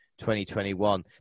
2021